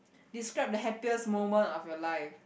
describe the happiest moment of your life